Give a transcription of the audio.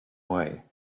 way